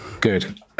Good